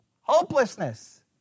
hopelessness